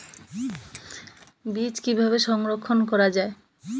বীজ কিভাবে সংরক্ষণ করা যায়?